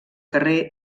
carrer